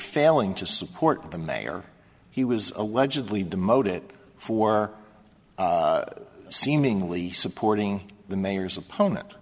failing to support the mayor he was allegedly demoted for seemingly supporting the mayor's opponent